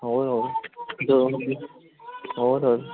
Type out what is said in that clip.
ਹੋਰ ਹੋਰ ਹੋਰ